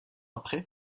après